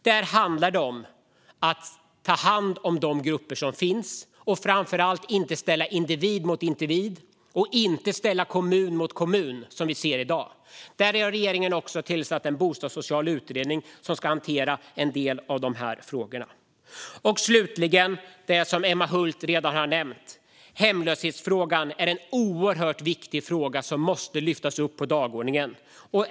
Där handlar det om att ta hand om de grupper som finns och framför allt att inte ställa individ mot individ, kommun mot kommun, som vi ser i dag. Regeringen har tillsatt en bostadssocial utredning som ska hantera en del av de frågorna. Slutligen handlar det om det som Emma Hult redan har nämnt. Hemlöshetsfrågan är en oerhört viktig fråga som måste lyftas upp på dagordningen.